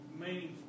meaningful